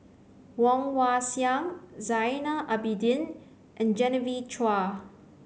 Woon Wah Siang Zainal Abidin and Genevieve Chua